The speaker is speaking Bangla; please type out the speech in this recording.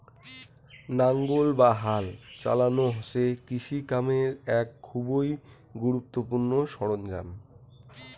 নাঙ্গল বা হাল চালানো হসে কৃষি কামের এক খুবই গুরুত্বপূর্ণ সরঞ্জাম